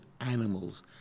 animals